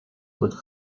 with